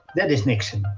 that is niksen.